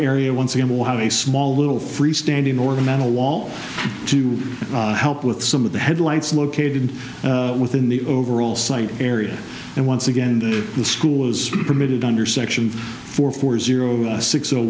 area once again will have a small little free standing ornamental wall to help with some of the headlights located within the overall site area and once again the school was permitted under section four four zero six zero